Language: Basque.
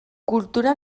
kultura